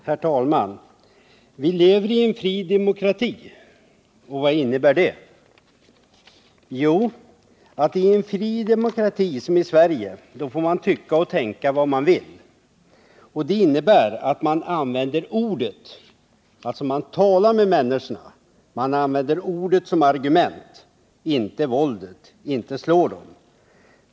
Herrtalman! Vileveri en fri demokrati, och i en fri demokrati får man tycka och tänka som man vill. Det innebär att man använder ordet som argument, inte våldet —- att man talar med människorna, inte slår dem.